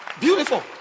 Beautiful